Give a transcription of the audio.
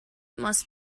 must